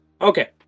okay